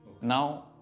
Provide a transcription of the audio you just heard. Now